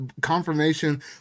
confirmation